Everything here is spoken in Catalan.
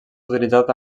utilitzat